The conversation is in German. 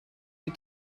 die